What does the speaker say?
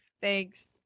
Thanks